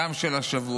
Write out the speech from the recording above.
גם של השבוע.